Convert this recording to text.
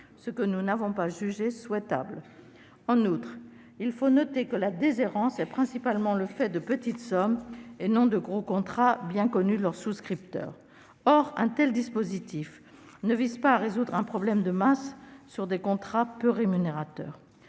ce que nous n'avons pas jugé souhaitable. En outre, il faut noter que la déshérence porte principalement sur de petites sommes et non sur de gros contrats, qui sont bien connus de leurs souscripteurs ; or un tel dispositif ne vise pas à résoudre un problème de masse sur des contrats peu rémunérateurs.